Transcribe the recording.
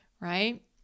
Right